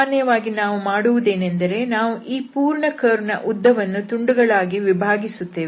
ಸಾಮಾನ್ಯವಾಗಿ ನಾವು ಮಾಡುವುದೇನೆಂದರೆ ನಾವು ಈ ಪೂರ್ಣ ಕರ್ವ್ನ ಉದ್ದ ವನ್ನು ತುಂಡುಗಳಾಗಿ ವಿಭಾಗಿಸುತ್ತೇವೆ